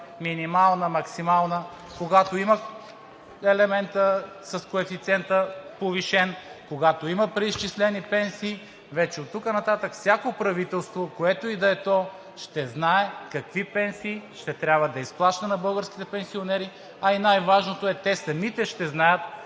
минимална, максимална. Когато има елементът с коефициента повишен, когато има преизчислени пенсии, вече оттук нататък всяко правителство, което и да е то, ще знае какви пенсии ще трябва да изплаща на българските пенсионери, а и най-важното е, че те самите ще знаят